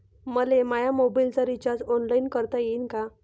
मले माया मोबाईलचा रिचार्ज ऑनलाईन करता येईन का?